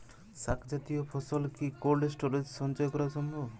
শাক জাতীয় ফসল কি কোল্ড স্টোরেজে সঞ্চয় করা সম্ভব?